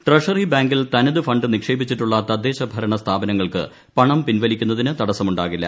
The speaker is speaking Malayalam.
ട്രഷറി ബാങ്കിൽ തനത് ഫണ്ട് നിക്ഷേപിച്ചിട്ടുള്ള തദ്ദേശഭരണ സ്ഥാപനങ്ങൾക്ക് പണം പിൻവലിക്കുന്നതിന് തടസ്സമുണ്ടാകില്ല